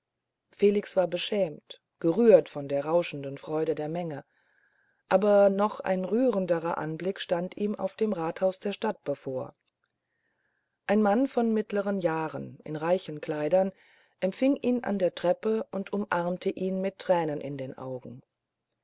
felix war beschämt gerührt von der rauschenden freude der menge aber noch ein rührenderer anblick stand ihm auf dem rathause der stadt bevor ein mann von mittleren jahren in reichen kleidern empfing ihn an der treppe und umarmte ihn mit tränen in den augen